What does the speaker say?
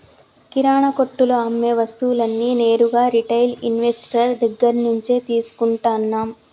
కిరణా కొట్టులో అమ్మే వస్తువులన్నీ నేరుగా రిటైల్ ఇన్వెస్టర్ దగ్గర్నుంచే తీసుకుంటన్నం